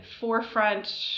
forefront